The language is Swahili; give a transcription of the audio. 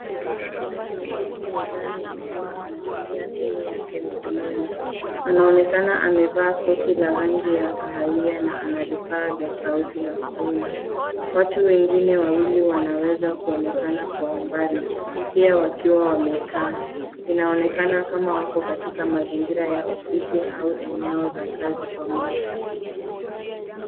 Mwanamke ameketi mezani akiwa anatumia simu yake mkononi. Anaonekana amevaa koti la rangi ya kahawia na ana vifaa vya sauti masikioni. Watu wengine wawili wanaweza kuonekana kwa mbali, pia wakiwa wamekaa. Inaonekana kama wako katika mazingira ya ofisi au eneo la kazi pamoja.